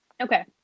Okay